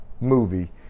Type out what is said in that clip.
movie